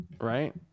right